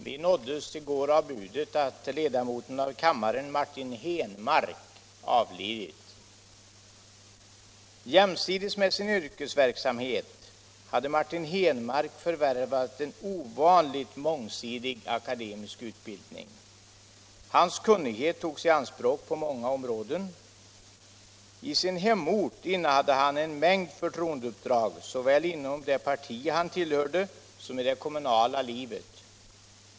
Vi nåddes i går av budet att ledamoten av kammaren Martin Henmark avlidit. Jämsides med sin yrkesverksamhet hade Martin Henmark förvärvat en ovanligt mångsidig akademisk utbildning. Hans kunnighet togs i anspråk på många områden. I sin hemort innehade han en mängd förtroendeuppdrag såväl inom det parti han tillhörde som i det kommunala livet.